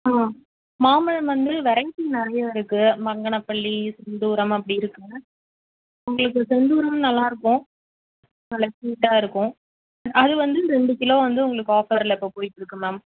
ஆ மாம்பழம் வந்து வெரைட்டி நிறையா இருக்குது பங்கனப்பள்ளி செந்தூரம் அப்படி இருக்குதுங்க உங்களுக்கு செந்தூரம் நல்லாயிருக்கும் நல்ல ஸ்வீட்டாக இருக்கும் அது வந்து ரெண்டு கிலோ வந்து உங்களுக்கு ஆஃபரில் இப்போ போய்கிட்டுருக்கு மேம்